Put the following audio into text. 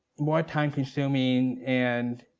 more time-consuming and